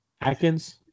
Atkins